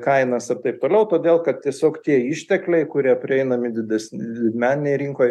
kainas ir taip toliau todėl kad tiesiog tie ištekliai kurie prieinami dides didmeninėj rinkoj